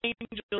angels